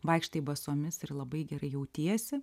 vaikštai basomis ir labai gerai jautiesi